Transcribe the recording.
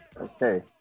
Okay